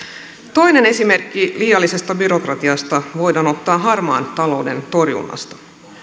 toinen esimerkki liiallisesta byrokratiasta voidaan ottaa harmaan talouden torjunnasta